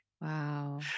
Wow